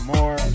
More